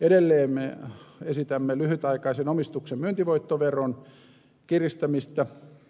edelleen me esitämme lyhytaikaisen omistuksen myyntivoittoveron kiristämistä